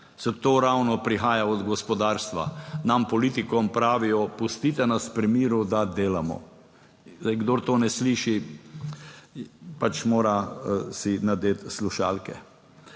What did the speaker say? saj to ravno prihaja od gospodarstva. Nam politikom pravijo: pustite nas pri miru, da delamo. Zdaj, kdor to ne sliši, pač mora si nadeti slušalke.